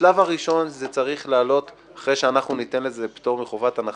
השלב הראשון: אחרי שניתן לזה פטור מחובת הנחה,